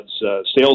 sales